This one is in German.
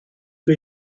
wir